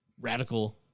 radical